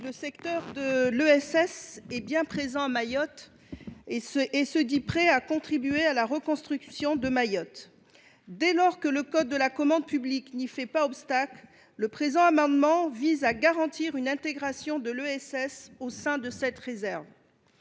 et solidaire (ESS) est bien présent à Mayotte et se dit prêt à contribuer à la reconstruction du territoire. Dès lors que le code de la commande publique n’y fait pas obstacle, le présent amendement vise à garantir une intégration de l’ESS au sein de cette réserve.